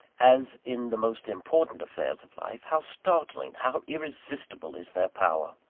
as in the most important affairs of life, how startling, how irresistible is their power!